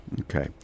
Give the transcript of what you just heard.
Okay